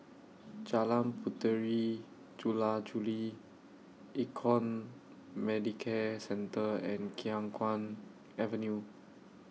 Jalan Puteri Jula Juli Econ Medicare Centre and Khiang Guan Avenue